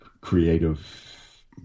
creative